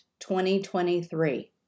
2023